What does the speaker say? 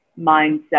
mindset